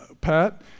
Pat